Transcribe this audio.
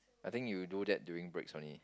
I think you do that during breaks only